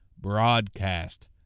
broadcast